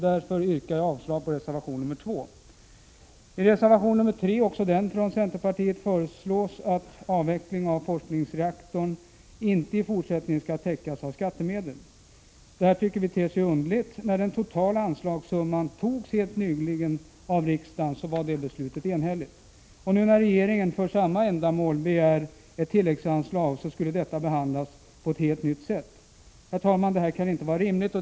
Därför yrkar jag avslag på reservation nr 2. I reservation nr 3, också den från centerpartiet, föreslås att avvecklingen av forskningsreaktorn inte i fortsättningen skall täckas av skattemedel. Detta ter sig något underligt. När riksdagen helt nyligen fattade beslut om den totala anslagssumman var det beslutet enhälligt. När regeringen nu för samma ändamål begär ett tilläggsanslag så skulle detta behandlas på ett helt nytt sätt! Herr talman! Det kan inte vara rimligt.